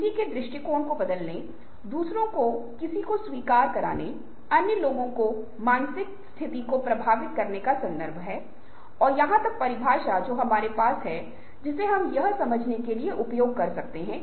और यह भी कि आप अपने जीवन के अनुभवों आत्म प्रतिबिंब और सोच से सीखकर अपने ईआई को सुधार सकते हैं